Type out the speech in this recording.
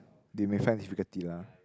they may find difficulty lah